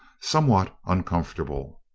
somewhat uncomfortable.